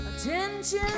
attention